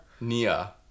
Nia